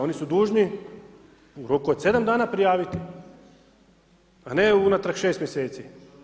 Oni su dužni u roku od sedam dana prijaviti, a ne unatrag 6 mjeseci.